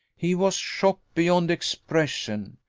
he was shocked beyond expression.